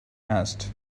asked